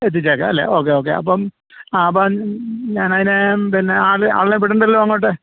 എത്തിച്ചേക്കാം അല്ലേ okay okay അപ്പം ആ അപ്പം ഞാൻ അതിന് പിന്നെ ആളെ ആളിനെ വിടേണ്ടല്ലോ അങ്ങോട്ട്